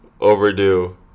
overdue